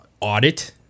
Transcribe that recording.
audit